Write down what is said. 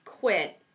quit